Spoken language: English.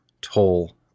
toll